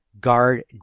guard